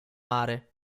mare